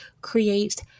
create